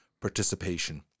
participation